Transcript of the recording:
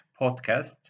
Podcast